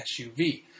SUV